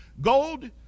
gold